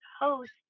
host